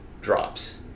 drops